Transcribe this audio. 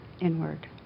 inward